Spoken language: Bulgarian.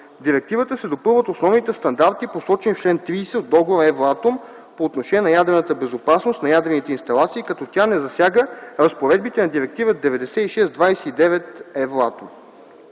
директивата се допълват основните стандарти, посочени в чл. 30 от Договора Евратом по отношение на ядрената безопасност на ядрените инсталации, като тя не засяга разпоредбите на Директива 96/29/ Евратом.